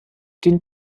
den